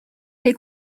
les